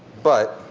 but